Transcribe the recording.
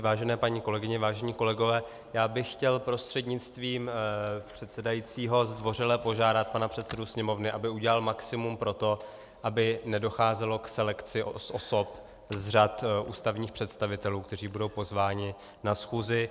Vážené paní kolegyně, vážení páni kolegové, chtěl bych prostřednictvím předsedajícího zdvořile požádat pana předsedu Sněmovny, aby udělal maximum pro to, aby nedocházelo k selekci osob z řad ústavních představitelů, kteří budou pozváni na schůzi.